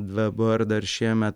dabar dar šiemet